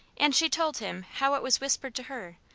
and she told him how it was whispered to her,